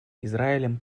израилем